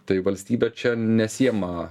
tai valstybė čia nesiema